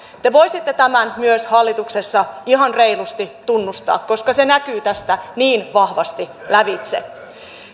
te voisitte tämän myös hallituksessa ihan reilusti tunnustaa koska se näkyy tästä niin vahvasti lävitse